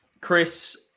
Chris